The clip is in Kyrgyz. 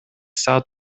саат